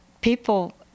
people